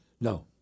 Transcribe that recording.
No